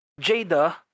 Jada